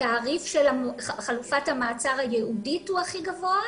שהתעריף של חלופת המעצר הייעודית הוא הכי גבוה?